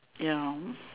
ya